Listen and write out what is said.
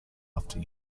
after